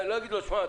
אני לא אגיד לו תשמע,